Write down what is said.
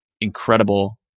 incredible